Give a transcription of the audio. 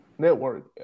Network